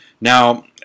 Now